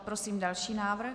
Prosím další návrh.